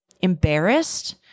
embarrassed